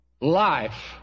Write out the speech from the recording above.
life